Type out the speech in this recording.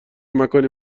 مکانی